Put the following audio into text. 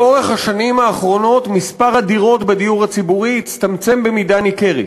לאורך השנים האחרונות מספר הדירות בדיור הציבורי הצטמצם במידה ניכרת.